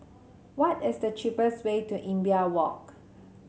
what is the cheapest way to Imbiah Walk